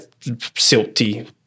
silty